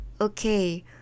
Okay